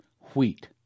wheat